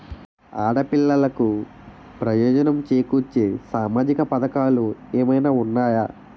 ఆడపిల్లలకు ప్రయోజనం చేకూర్చే సామాజిక పథకాలు ఏమైనా ఉన్నాయా?